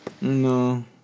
No